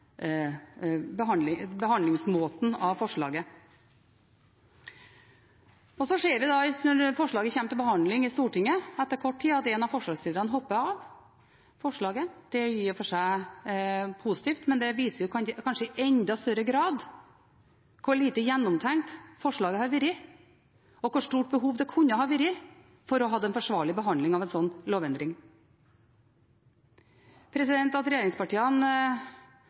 behandlingsmåten av forslaget. Så ser vi da når forslaget kommer til behandling til Stortinget etter kort tid, at en av forslagsstillerne hopper av forslaget. Det er i og for seg positivt, men det viser kanskje i enda større grad hvor lite gjennomtenkt forslaget har vært, og hvor stort behov det kunne ha vært for å ha hatt en forsvarlig behandling av en slik lovendring. At regjeringspartiene